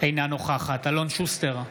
אינה נוכחת אלון שוסטר,